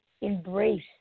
embrace